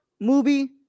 Movie